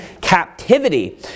captivity